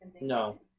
No